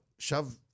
shove